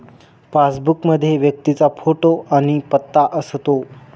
passbook मध्ये व्यक्तीचा photo आणि पत्ता असतो